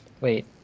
Wait